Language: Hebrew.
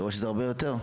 אני רואה שזה הרבה יותר,